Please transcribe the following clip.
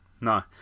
No